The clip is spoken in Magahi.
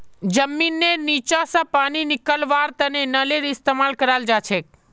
जमींनेर नीचा स पानी निकलव्वार तने नलेर इस्तेमाल कराल जाछेक